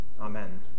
Amen